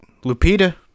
Lupita